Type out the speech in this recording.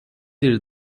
زیر